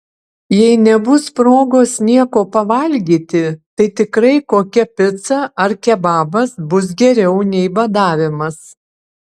jei nebus progos nieko pavalgyti tai tikrai kokia pica ar kebabas bus geriau nei badavimas